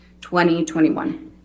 2021